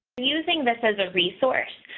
using this as a resource